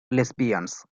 lesbians